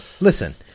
listen